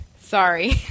Sorry